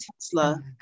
Tesla